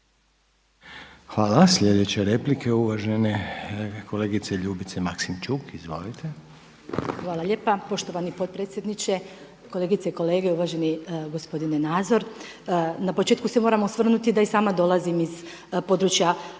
lijepa. Sljedeća replika uvažene kolegice Ljubice Maksimčuk. Izvolite. **Maksimčuk, Ljubica (HDZ)** Hvala lijepa poštovani potpredsjedniče, kolegice i kolege, uvaženi gospodine Nazor. Na početku se moram osvrnuti da i sama dolazim iz područja